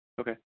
Okay